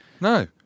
No